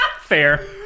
Fair